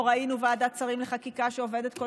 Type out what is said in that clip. לא ראינו ועדת שרים לחקיקה שעובדת כל